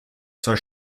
zur